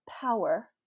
power